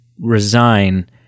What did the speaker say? resign